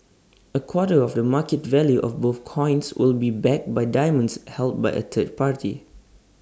A quarter of the market value of both coins will be backed by diamonds held by A third party